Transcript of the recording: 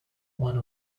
one